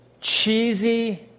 cheesy